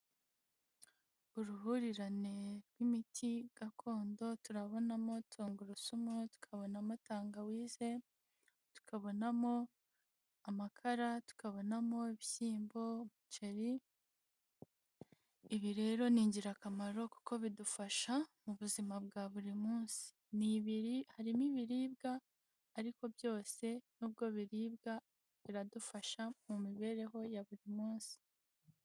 Uruhurirane rw'imiti gakondo turabonamo tungurusumu, tukabonamo atangawizi, tukabonamo amakara, tukabonamo ibishyimbo, umuceri, ibi rero ni ingirakamaro kuko bidufasha mu buzima bwa buri munsi, harimo ibiribwa, ariko byose nubwo biribwa biradufasha mu mibereho ya buri munsi.